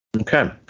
Okay